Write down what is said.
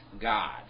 God